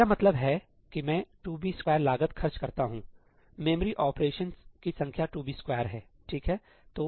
मेरा मतलब है कि मैं 2b2 लागत खर्च करता हूं मेमोरी ऑपरेशनकी संख्या 2b2 है ठीक है